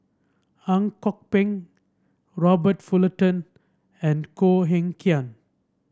Ang Kok Peng Robert Fullerton and Koh Eng Kian